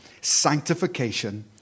sanctification